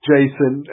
Jason